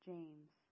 James